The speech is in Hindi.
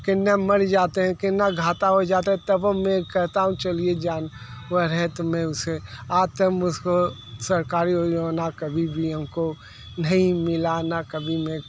कितना मर जाते हैं कितना घाटा हो जाता है तब मैं कहता हूँ चलिए जान वर है तो मैं उसे आजतक हम उसको सरकारी योजना में ना कभी भी हमको नहीं मिला ना कभी मैं